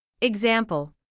Example